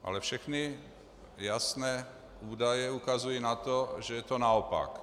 Ale všechny jasné údaje ukazují na to, že je to naopak.